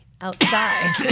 outside